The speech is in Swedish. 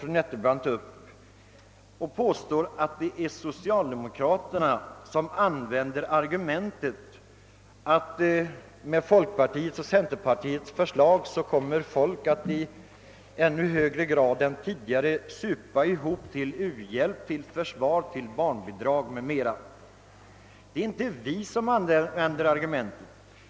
Vidare påstod både herr Wedén och fru Nettelbrandt, att det är socialdemokraterna som använder argumentet att med folkpartiets och centerpartiets förslag kommer folk att i ännu högre grad än tidigare supa ihop till u-hjälp, till barnbidrag, till försvaret m.m. Det är inte vi som använder det argumentet.